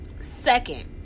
second